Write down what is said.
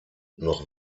noch